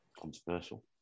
Controversial